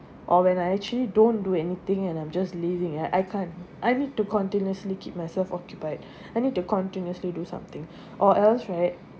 or when I actually don't do anything and I'm just living ah I can't I need to continuously keep myself occupied I need to continuously do something or else right